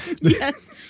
Yes